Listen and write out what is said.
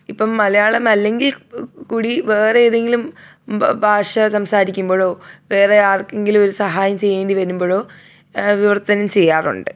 ഇപ്പോള് മലയാമല്ലെങ്കിൽ കൂടി വേറെ ഏതെങ്കിലും ഭാഷ സംസാരിക്കുമ്പോഴോ വേറെ ആർക്കെങ്കിലും ഒരു സഹായം ചെയ്യേണ്ടി വരുമ്പോഴോ വിവർത്തനം ചെയ്യാറുണ്ട്